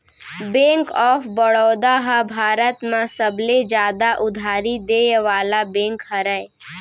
bank of Baroda ह भारत म सबले जादा उधारी देय वाला बेंक हरय